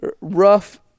rough